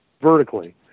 vertically